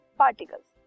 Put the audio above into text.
particles